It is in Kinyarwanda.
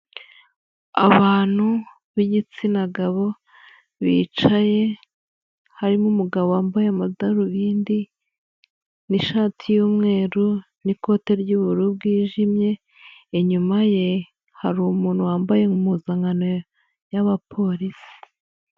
Abantu b'igitsina gabo bicaye harimo umugabo wambaye amadarubindi n'ishati y'umweru n'ikote ry'ubururu bwijimye, inyuma ye hari umuntu wambaye impuzankano y'abapolisi.